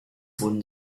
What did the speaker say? wurden